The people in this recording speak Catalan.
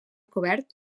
cobert